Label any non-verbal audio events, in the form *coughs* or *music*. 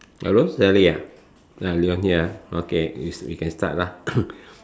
hello Sally ah ya you're here ah okay we we can start lah *coughs*